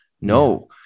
No